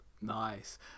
nice